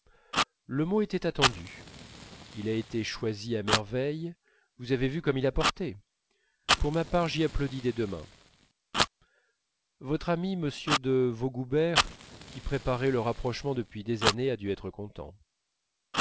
le mot était attendu il a été choisi à merveille vous avez vu comme il a porté pour ma part j'y applaudis des deux mains votre ami m de vaugoubert qui préparait le rapprochement depuis des années a dû être content